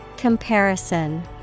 Comparison